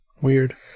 Weird